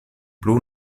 plu